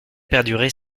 perdurer